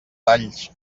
talls